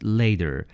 later